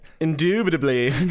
Indubitably